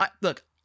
Look